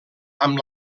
amb